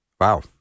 Wow